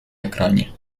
екрані